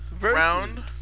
round